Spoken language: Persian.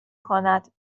کند